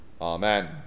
Amen